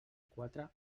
quatre